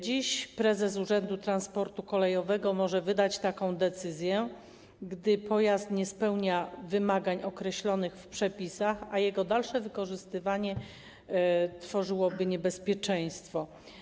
Dziś prezes urzędu transportu kolejowego może wydać taką decyzję, gdy pojazd nie spełnia wymagań określonych w przepisach, a jego dalsze wykorzystywanie stwarzałoby niebezpieczeństwo.